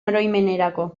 oroimenerako